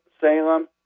Salem